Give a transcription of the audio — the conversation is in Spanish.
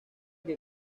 que